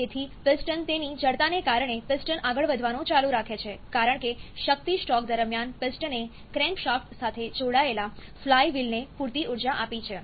તેથી પિસ્ટન તેની જડતાને કારણે પિસ્ટન આગળ વધવાનું ચાલુ રાખે છે કારણ કે શક્તિ સ્ટ્રોક દરમિયાન પિસ્ટને ક્રેન્કશાફ્ટ સાથે જોડાયેલા ફ્લાયવ્હીલને પૂરતી ઊર્જા આપી છે